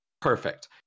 perfect